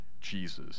Jesus